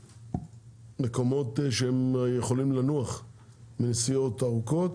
המקומות שהם יכולים לנוח בנסיעות ארוכות,